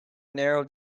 narrow